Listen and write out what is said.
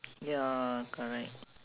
ya correct